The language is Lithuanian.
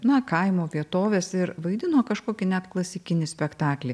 na kaimo vietoves ir vaidino kažkokį net klasikinį spektaklį